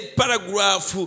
paragraph